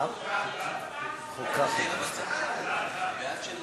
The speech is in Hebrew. ההצעה להפוך את הצעת